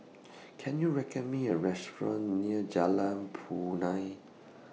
Can YOU record Me A Restaurant near Jalan Punai